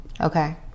okay